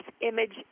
image